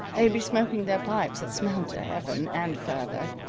they'd be smoking their pipes that smelled to heaven, and further,